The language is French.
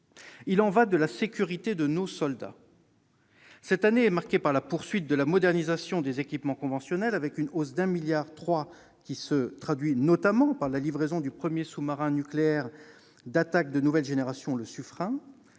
Il y va de la sécurité de nos soldats. Cette année est marquée par la poursuite de la modernisation des équipements conventionnels, avec une hausse de 1,3 milliard d'euros, qui se traduit notamment par la livraison du premier sous-marin nucléaire d'attaque de nouvelle génération, le Suffren.